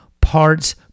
parts